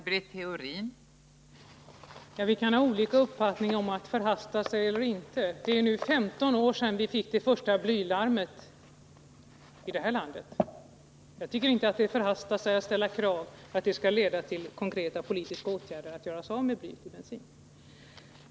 Fru talman! Vi kan ha olika uppfattningar om att förhasta sig eller inte. Det är nu 15 år sedan vi fick det första blylarmet här i landet. Jag tycker inte det är att förhasta sig att ställa krav att det skall leda till konkreta politiska åtgärder för att göra sig av med blyet i bensinen.